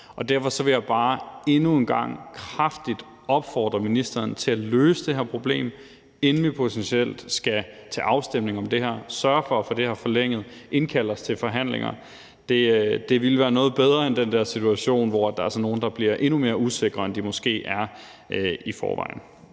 Derfor vil jeg bare endnu en gang kraftigt opfordre ministeren til at løse det her problem, inden vi potentielt skal til afstemning om det her, og sørge for at få det her forlænget og indkalde os til forhandlinger. Det ville være noget bedre end den situation, hvor der altså er nogle, der bliver endnu mere usikre, end de måske er i forvejen.